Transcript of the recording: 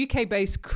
UK-based